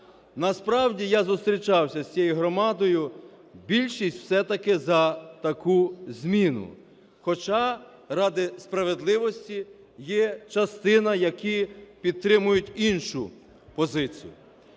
Насправді я зустрічався з цією громадою, більшість все-таки за таку зміну, хоча, ради справедливості, є частина, які підтримують іншу позицію.